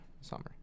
Summer